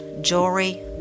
jewelry